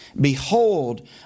Behold